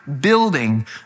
building